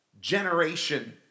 generation